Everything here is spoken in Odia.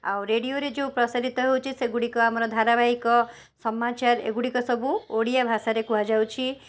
ଆଉ ରେଡ଼ିଓରେ ଯେଉଁ ପ୍ରସାରିତ ହେଉଛି ସେଗୁଡ଼ିକ ଆମର ଧାରାବାହିକ ସମାଚାର ଏଗୁଡ଼ିକ ସବୁ ଓଡ଼ିଆ ଭାଷାରେ କୁହାଯାଉଛି